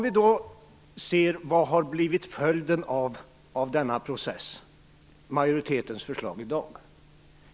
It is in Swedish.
Vad har då blivit följden av majoritetens förslag i dag?